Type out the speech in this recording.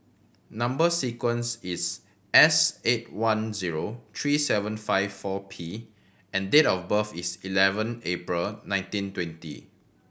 number sequence is S eight one zero three seven five four P and date of birth is eleven April nineteen twenty